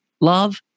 love